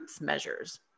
measures